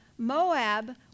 Moab